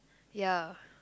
ya